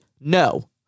no